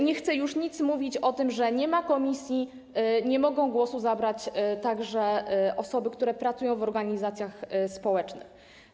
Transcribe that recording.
Nie chcę już nic mówić o tym, że jeśli nie ma posiedzeń komisji, nie mogą głosu zabrać także osoby, które pracują w organizacjach społecznych.